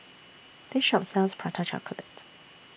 This Shop sells Prata Chocolate